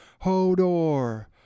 Hodor